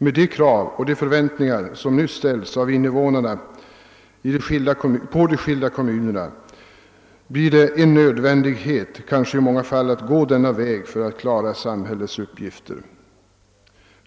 Med de krav och förväntningar på de skilda kommunerna som nu ställes av invånarna blir det i många fall en nödvändighet att gå denna väg för att kunna klara samhällets uppgifter,